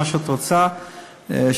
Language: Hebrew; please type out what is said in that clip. מה שאת רוצה שאברר,